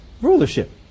rulership